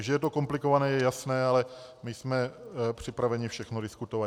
Že je to komplikované, je jasné, ale my jsme připraveni všechno diskutovat.